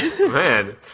Man